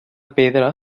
pedra